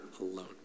alone